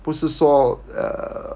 不是说 uh